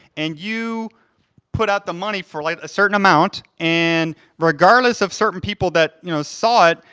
and you put out the money for like a certain amount, and regardless of certain people that you know saw it,